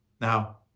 Now